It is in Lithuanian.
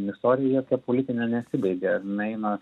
istoriją jokia politinė nesibaigia jin eina